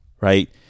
Right